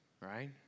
right